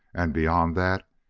and, beyond that,